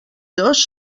dos